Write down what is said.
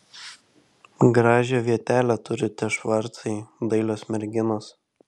gražią vietelę turite švarcai dailios merginos